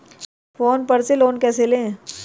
Phone पर से loan कैसे लें?